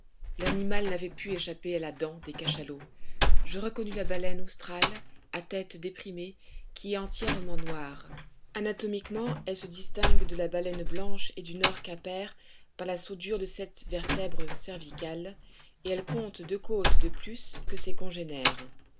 l'animal n'avait pu échapper à la dent des cachalots je reconnus la baleine australe à tête déprimée qui est entièrement noire anatomiquement elle se distingue de la baleine blanche et du nord caper par la soudure des sept vertèbres cervicales et elle compte deux côtes de plus que ses congénères